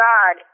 God